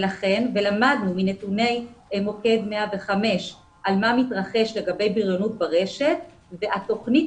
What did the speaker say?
למדנו מנתוני מוקד 105 על מה מתרחש לגבי בריונות ברשת והתוכנית